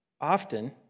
often